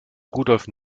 rudolf